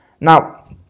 Now